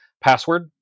password